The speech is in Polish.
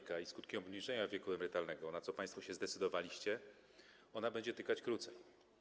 jeśli chodzi o skutki obniżenia wieku emerytalnego, na co państwo się zdecydowaliście, to będzie tykać krócej.